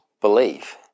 believe